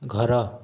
ଘର